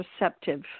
receptive